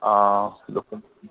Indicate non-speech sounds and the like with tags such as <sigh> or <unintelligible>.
অ <unintelligible>